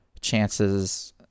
chances